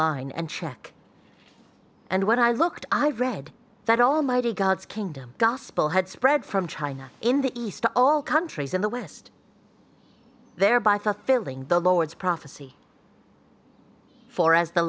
line and check and when i looked i read that almighty god's kingdom gospel had spread from china in the east to all countries in the west thereby thought filling the lord's prophecy for as the